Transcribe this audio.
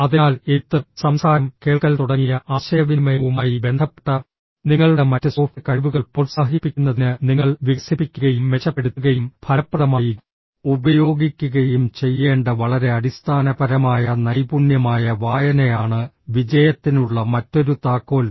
അതിനാൽ എഴുത്ത് സംസാരം കേൾക്കൽ തുടങ്ങിയ ആശയവിനിമയവുമായി ബന്ധപ്പെട്ട നിങ്ങളുടെ മറ്റ് സോഫ്റ്റ് കഴിവുകൾ പ്രോത്സാഹിപ്പിക്കുന്നതിന് നിങ്ങൾ വികസിപ്പിക്കുകയും മെച്ചപ്പെടുത്തുകയും ഫലപ്രദമായി ഉപയോഗിക്കുകയും ചെയ്യേണ്ട വളരെ അടിസ്ഥാനപരമായ നൈപുണ്യമായ വായനയാണ് വിജയത്തിനുള്ള മറ്റൊരു താക്കോൽ